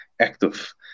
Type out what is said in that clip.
active